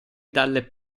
dalle